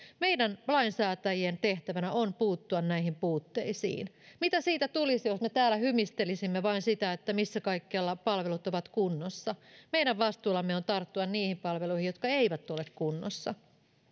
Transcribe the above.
meidän lainsäätäjien tehtävänä on puuttua näihin puutteisiin mitä siitä tulisi jos me täällä vain hymistelisimme sitä että missä kaikkialla palvelut ovat kunnossa meidän vastuullamme on tarttua niihin palveluihin jotka eivät ole kunnossa